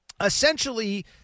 essentially